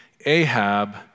Ahab